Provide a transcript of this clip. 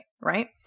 Right